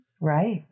Right